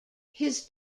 his